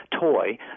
toy